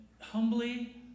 humbly